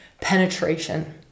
Penetration